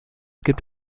gibt